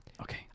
Okay